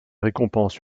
récompenses